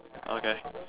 okay